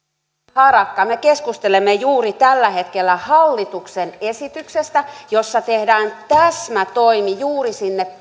harakka me keskustelemme juuri tällä hetkellä hallituksen esityksestä jossa tehdään täsmätoimi juuri sinne